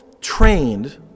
trained